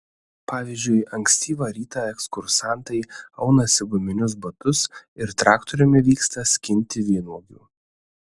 pavyzdžiui ankstyvą rytą ekskursantai aunasi guminius batus ir traktoriumi vyksta skinti vynuogių